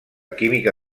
química